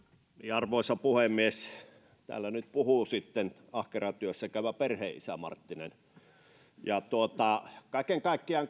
arvoisa puhemies täällä nyt puhuu sitten ahkera työssäkäyvä perheenisä marttinen kaiken kaikkiaan